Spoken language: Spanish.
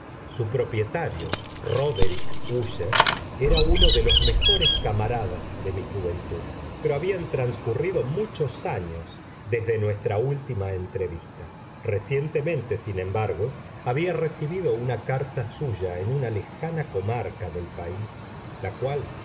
su propietario róderick úsher era uno de los mejores camaradas de mi juventud pero habían transcurrido muchos años desde nuestra última entrevista recientemente sin embargo había recibido una carta suya en una lejana comarca del país la cual